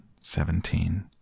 seventeen